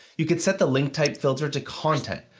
you could set the link type filter to content,